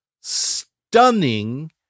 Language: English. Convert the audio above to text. stunning